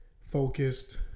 focused